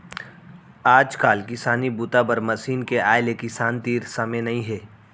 आजकाल किसानी बूता बर मसीन के आए ले किसान तीर समे नइ हे